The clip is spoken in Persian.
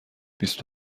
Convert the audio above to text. بیست